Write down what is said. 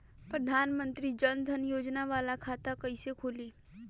प्रधान मंत्री जन धन योजना वाला खाता कईसे खुली?